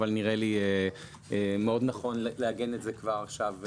אבל נראה לי מאוד נכון לעגן את זה כבר עכשיו בחקיקה.